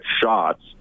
shots